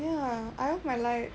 ya I have my light